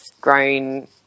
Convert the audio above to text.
grown